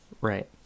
Right